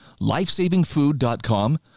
LifesavingFood.com